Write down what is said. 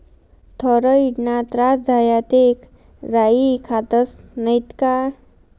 थॉयरॉईडना त्रास झाया ते राई खातस नैत का